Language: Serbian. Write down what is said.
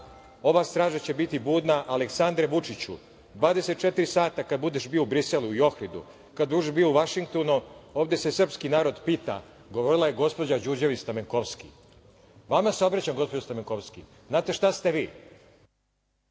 Ova straža će biti budna. Aleksandre Vučiću, 24 sata kada budeš bio u Briselu i Ohridu, kad budeš bio u Vašingtonu, ovde se srpski narod pita“. Govorila je gospođa Đurđević Stamenkovski. Vama se obraćam, gospođo Stamenkovski. Znate li šta ste vi?